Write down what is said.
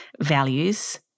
values